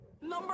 Number